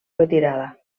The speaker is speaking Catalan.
retirada